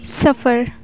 سفر